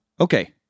okay